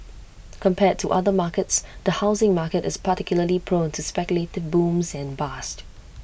compared to other markets the housing market is particularly prone to speculative booms and bust